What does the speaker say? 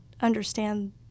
understand